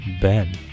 Ben